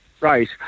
Right